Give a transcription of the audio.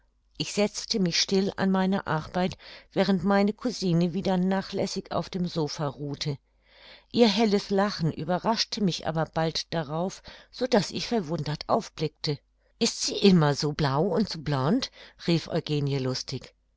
ich setzte mich still an meine arbeit während meine cousine wieder nachlässig auf dem sopha ruhte ihr helles lachen überraschte mich aber bald darauf so daß ich verwundert aufblickte ist sie immer so blau und so blond rief eugenie lustig